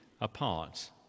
apart